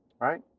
Right